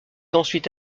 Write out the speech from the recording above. ensuite